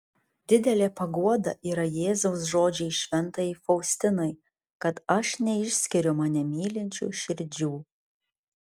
didelė paguoda yra jėzaus žodžiai šventajai faustinai kad aš neišskiriu mane mylinčių širdžių